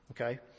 Okay